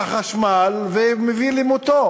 החשמל ומביא למותו.